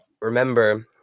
remember